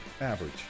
Average